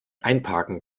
einparken